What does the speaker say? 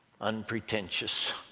unpretentious